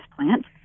plant